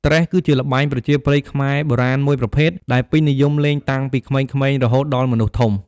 ត្រេះ គឺជាល្បែងប្រជាប្រិយខ្មែរបុរាណមួយប្រភេទដែលពេញនិយមលេងតាំងពីក្មេងៗរហូតដល់មនុស្សធំ។